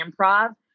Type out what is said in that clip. improv